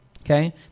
okay